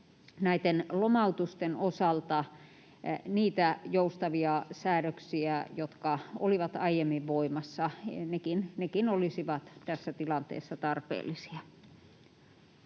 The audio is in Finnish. lomautusten osalta niitä joustavia säädöksiä, jotka olivat aiemmin voimassa. Nekin olisivat tässä tilanteessa tarpeellisia.